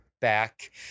Back